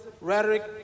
rhetoric